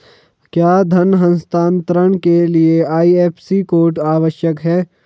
क्या धन हस्तांतरण के लिए आई.एफ.एस.सी कोड आवश्यक है?